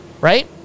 right